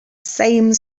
same